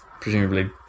Presumably